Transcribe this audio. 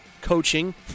coaching